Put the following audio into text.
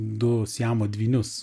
du siamo dvynius